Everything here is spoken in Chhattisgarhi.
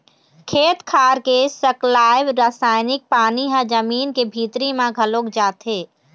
खेत खार के सकलाय रसायनिक पानी ह जमीन के भीतरी म घलोक जाथे